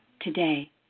today